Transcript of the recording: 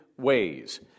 ways